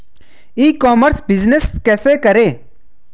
ई commerce business कैसे करें?